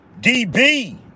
DB